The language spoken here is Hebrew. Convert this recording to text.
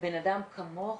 בנאדם כמוך,